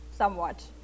Somewhat